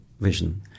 vision